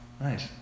Nice